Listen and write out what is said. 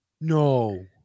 No